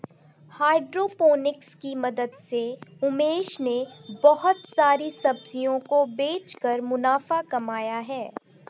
hydroponics की मदद से उमेश ने बहुत सारी सब्जियों को बेचकर मुनाफा कमाया है